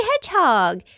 hedgehog